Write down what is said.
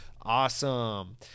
awesome